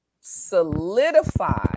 solidify